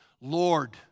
Lord